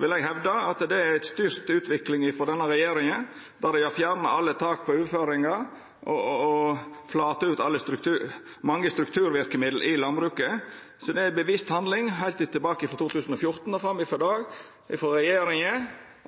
vil eg hevda at det er ei styrt utvikling frå denne regjeringa, som har fjerna alle tak på overføringar og flata ut mange strukturverkemiddel i landbruket. Det er ei bevisst handling frå regjeringa heilt frå 2014 og fram til i dag at det har